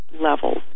levels